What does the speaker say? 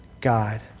God